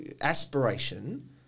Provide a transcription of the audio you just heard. aspiration